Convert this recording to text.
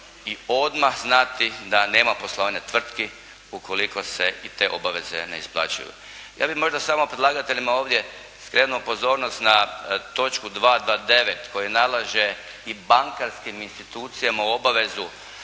i odmah znati da nema poslovanja tvrtki ukoliko se i te obaveze ne isplaćuju. Ja bih možda samo predlagateljima ovdje skrenuo pozornost za točku 2. do 9. koji nalaže i bankarskim institucijama obavezu